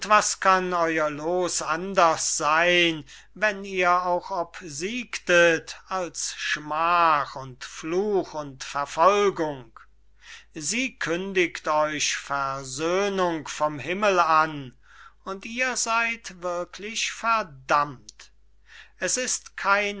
was kann euer loos anders seyn wenn ihr auch obsiegtet als schmach und fluch und verfolgung sie kündigt euch versöhnung vom himmel an und ihr seyd wirklich verdammt es ist kein